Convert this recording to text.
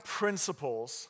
principles